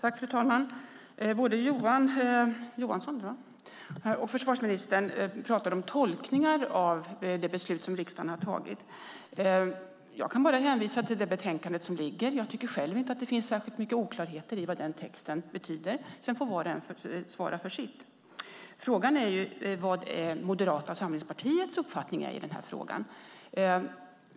Fru talman! Både Johan Johansson och försvarsministern pratade om tolkningar av det beslut som riksdagen har tagit. Jag kan bara hänvisa till det betänkande som föreligger. Jag tycker själv inte att det finns särskilt mycket oklarheter i vad den texten betyder. Sedan får var och en svara för sitt. Frågan är vad Moderata samlingspartiets uppfattning är i den här frågan.